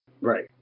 Right